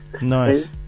Nice